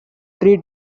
three